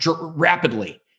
rapidly